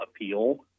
appeal